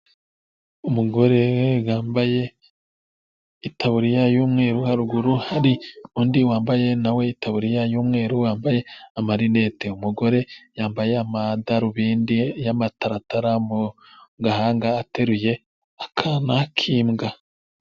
Umugore wambaye itaburiya y'umweru, haruguru hari undi wambaye nawe itaburiya y'umweru ,wambaye amarinete umugore yambaye amadarubindi y'amataratara mu gahanga ateruye akana k'imbwa.